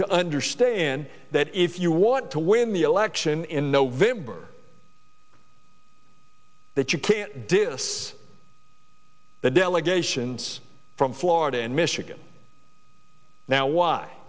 to understand that if you want to win the election in november that you can't do this the delegations from florida and michigan now why